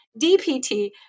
DPT